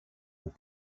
aux